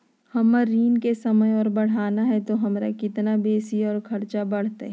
हमर ऋण के समय और बढ़ाना है तो हमरा कितना बेसी और खर्चा बड़तैय?